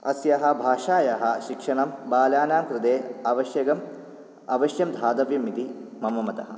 अस्याः भाषायाः शिक्षणं बालानां कृते अवश्यकम् अवश्यं दातव्यम् इति मम मतः